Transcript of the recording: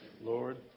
Lord